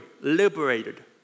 liberated